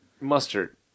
Mustard